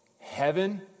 heaven